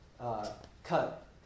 cut